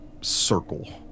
Circle